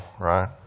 right